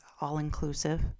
all-inclusive